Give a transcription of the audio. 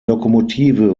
lokomotive